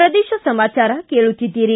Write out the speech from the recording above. ಪ್ರದೇಶ ಸಮಾಚಾರ ಕೇಳುತ್ತೀದ್ದಿರಿ